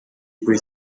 kuri